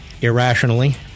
irrationally